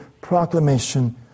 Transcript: proclamation